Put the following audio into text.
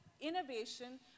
innovation